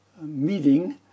meeting